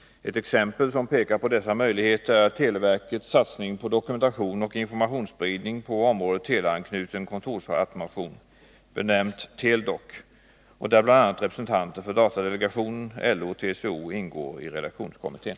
Ett exempel som pekar på dessa möjligheter är televerkets satsning på dokumentation och informationsspridning på området teleanknuten kontorsautomation och där bl.a. representanter för datadelegationen, LO och TCO ingår i redaktionskommittén.